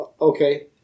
Okay